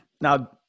now –